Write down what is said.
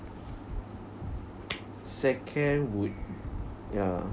second would ya